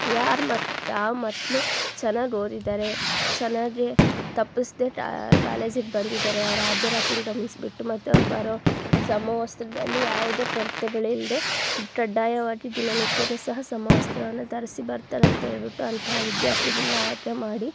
ಯಾರು ಮಕ್ ಯಾವ ಮಕ್ಕಳು ಚೆನ್ನಾಗಿ ಓದಿದ್ದಾರೆ ಚೆನ್ನಾಗಿ ತಪ್ಪಿಸ್ದೆ ಕಾಲೇಜಿಗೆ ದಿದ್ದಾರೆ ಅವ್ರ ಹಾಜರಾತಿ ಎಲ್ಲ ಗಮನಿಸ್ಬಿಟ್ಟು ಮತ್ತು ಅವ್ರು ಬರೋ ಸಮವಸ್ತ್ರದಲ್ಲಿ ಯಾವುದೇ ಕೊರತೆಗಳು ಇಲ್ಲದೆ ಕಡ್ಡಾಯವಾಗಿ ದಿನನಿತ್ಯನೂ ಸಹ ಸಮವಸ್ತ್ರವನ್ನು ಧರಿಸಿ ಬರ್ತಾರೆ ಅಂತ ಹೇಳ್ಬಿಟ್ಟು ಅಂತಹ ವಿದ್ಯಾರ್ಥಿಗಳನ್ನ ಆಯ್ಕೆ ಮಾಡಿ